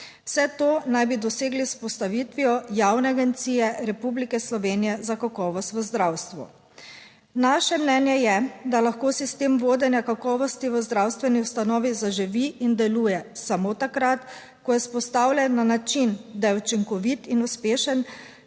Vse to naj bi dosegli z vzpostavitvijo Javne agencije Republike Slovenije za kakovost v zdravstvu. Naše mnenje je, da lahko sistem vodenja kakovosti v zdravstveni ustanovi zaživi in deluje samo takrat, ko je vzpostavljen na način, da je učinkovit in uspešen